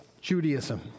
Judaism